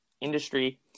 industry